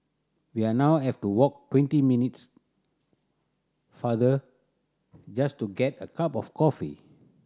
we are now have to walk twenty minutes farther just to get a cup of coffee